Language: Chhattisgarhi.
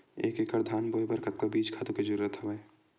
एक एकड़ धान बोय बर कतका बीज खातु के जरूरत हवय?